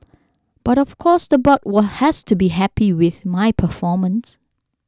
but of course the board were has to be happy with my performance